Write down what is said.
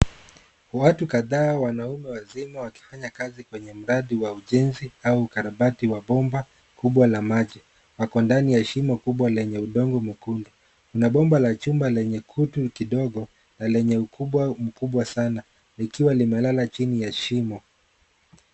Watu kadhaa wanaume wazima wakifanya kazi kwenye mradi wa ujenzi au ukarabati wa bomba kubwa la maji. Wako ndani ya shimo kubwa lenye udongo mwekundu. Kuna bomba la chuma lenye kutu kidogo na mkubwa sana likiwa limelala chini ya shimo.